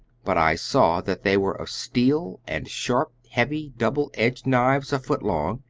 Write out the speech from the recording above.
but i saw that they were of steel, and sharp, heavy double-edged knives a foot long,